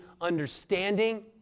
understanding